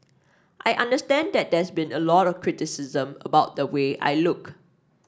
I understand that there's been a lot of criticism about the way I look